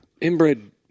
inbred